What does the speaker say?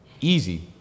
Easy